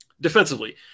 Defensively